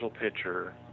picture